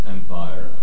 Empire